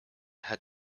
had